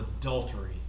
adultery